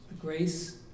grace